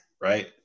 right